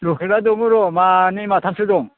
लकेला दङो र' मानै माथामसो दं